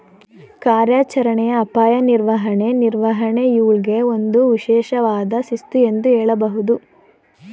ಕಾರ್ಯಾಚರಣೆಯ ಅಪಾಯ ನಿರ್ವಹಣೆ ನಿರ್ವಹಣೆಯೂಳ್ಗೆ ಒಂದು ವಿಶೇಷವಾದ ಶಿಸ್ತು ಎಂದು ಹೇಳಬಹುದು